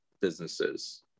businesses